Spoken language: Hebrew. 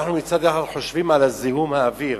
אנחנו מצד אחד חושבים על זיהום אוויר.